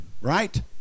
Right